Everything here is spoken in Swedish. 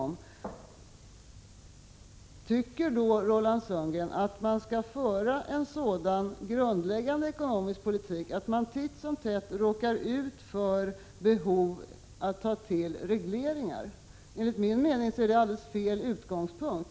Men tycker då Roland Sundgren att man skall föra en sådan grundläggande ekonomisk politik att man titt som tätt råkar ut för behov att ta till regleringar? Enligt min mening är det alldeles fel utgångspunkt.